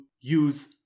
use